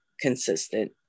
consistent